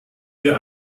wir